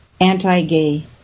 anti-gay